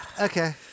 okay